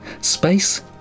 Space